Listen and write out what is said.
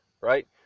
right